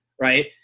Right